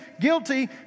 guilty